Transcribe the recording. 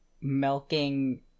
milking